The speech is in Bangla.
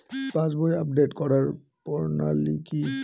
পাসবই আপডেট করার প্রণালী কি?